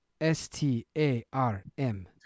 S-T-A-R-M